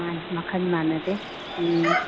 ꯃꯥꯅꯤ ꯃꯈꯜ ꯃꯥꯅꯗꯦ ꯎꯝ